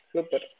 Super